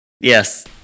Yes